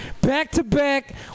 Back-to-back